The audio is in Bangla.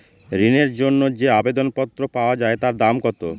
ঋণের জন্য যে আবেদন পত্র পাওয়া য়ায় তার দাম কত?